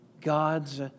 God's